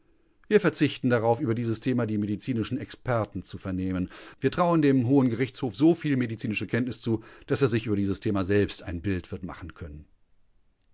wir verzichten darauf über dieses thema die medizinischen experten zu vernehmen wir trauen dem hohen gerichtshof so viel medizinische kenntnis zu daß er sich über dieses thema selbst ein bild wird machen können